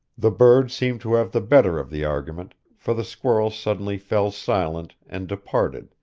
the bird seemed to have the better of the argument, for the squirrel suddenly fell silent and departed,